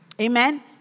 Amen